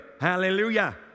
Hallelujah